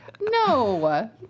No